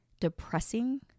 depressing